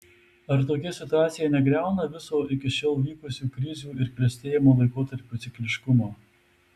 ir ar tokia situacija negriauna viso iki šiol vykusių krizių ir klestėjimo laikotarpių cikliškumo